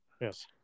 Yes